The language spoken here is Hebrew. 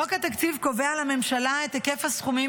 חוק התקציב קובע לממשלה את היקף הסכומים